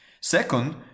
Second